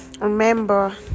remember